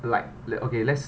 like okay let's